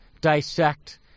dissect